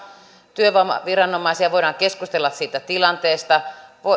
työvoimaviranomaisia voidaan keskustella siitä tilanteesta